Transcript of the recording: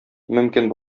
мөмкин